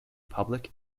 public